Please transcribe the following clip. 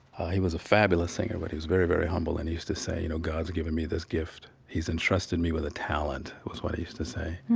he was a fabulous singer, but he was very, very humble. and he use to say, you know, god's given me this gift he's entrusted me with a talent, is what he use to say,